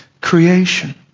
creation